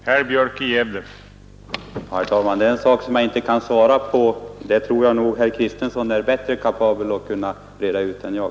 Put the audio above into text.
Herr talman! Det är en sak som jag inte kan svara på. Det tror jag att herr Kristenson är mer kapabel att reda ut än jag.